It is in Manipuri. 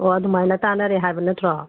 ꯑꯣ ꯑꯗꯨꯃꯥꯏꯅ ꯇꯥꯅꯔꯦ ꯍꯥꯏꯕ ꯅꯠꯇ꯭ꯔꯣ